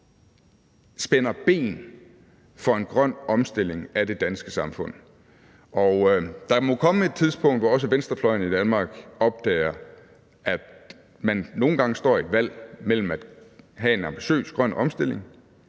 spænder ben for en grøn omstilling af det danske samfund, og der må komme et tidspunkt, hvor også venstrefløjen i Danmark opdager, at man nogle gange står i et valg mellem at have en ambitiøs grøn omstilling